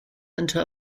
into